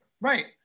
Right